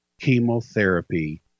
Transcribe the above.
chemotherapy